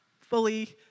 fully